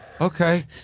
Okay